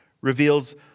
reveals